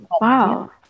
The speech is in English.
wow